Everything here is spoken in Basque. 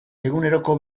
eguneroko